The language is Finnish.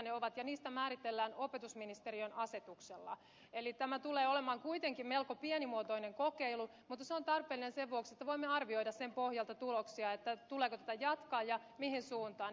ne määritellään opetusministeriön asetuksella eli tämä tulee olemaan kuitenkin melko pienimuotoinen kokeilu mutta se on tarpeellinen sen vuoksi että voimme arvioida sen pohjalta tuloksia tuleeko tätä jatkaa ja mihin suuntaan